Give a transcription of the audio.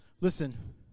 Listen